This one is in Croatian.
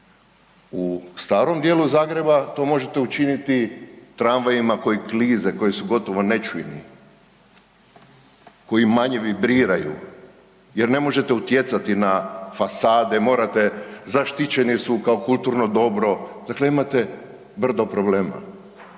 U starom dijelu Zagreba to možete učiniti tramvajima koji klize koji su gotovo nečujni, koji manje vibriraju jer ne možete utjecati na fasade, morate, zaštićene su kao kulturno dobro, dakle imate brdo problema.